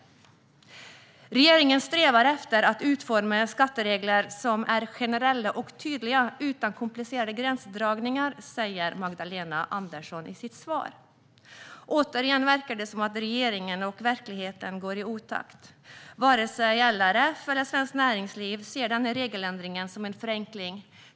Magdalena Andersson sa i sitt svar att regeringen strävar efter att utforma skatteregler som är generella och tydliga, utan komplicerade gränsdragningar. Återigen verkar det som att regeringen och verkligheten går i otakt. Varken LRF eller Svenskt Näringsliv ser denna regeländring som en förenkling.